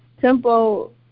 tempo